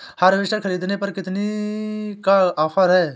Harvester ख़रीदने पर कितनी का ऑफर है?